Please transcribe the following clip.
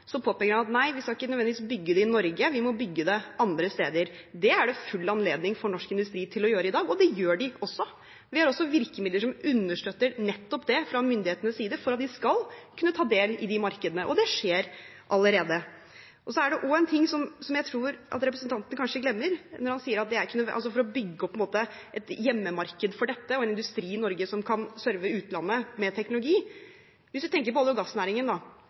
at nei, vi skal ikke nødvendigvis bygge det i Norge, vi må bygge det andre steder. Det er det full anledning for norsk industri til å gjøre i dag, og det gjør de også. Vi har virkemidler som understøtter nettopp det fra myndighetenes side, for at de skal kunne ta del i de markedene, og det skjer allerede. Det er også én ting som jeg tror representanten kanskje glemmer, når det gjelder å bygge opp et hjemmemarked for dette og en industri i Norge som kan serve utlandet med teknologi. Hvis vi tenker på olje- og gassnæringen,